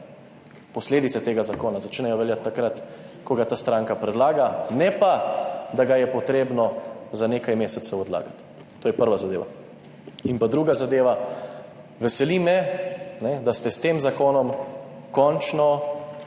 Posledice tega zakona začnejo veljati takrat, ko ga ta stranka predlaga, ne pa, da ga je treba za nekaj mesecev odlagati. To je prva zadeva. Druga zadeva. Veseli me, da ste s tem zakonom končno